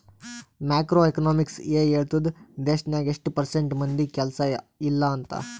macro economics ಎ ಹೇಳ್ತುದ್ ದೇಶ್ನಾಗ್ ಎಸ್ಟ್ ಪರ್ಸೆಂಟ್ ಮಂದಿಗ್ ಕೆಲ್ಸಾ ಇಲ್ಲ ಅಂತ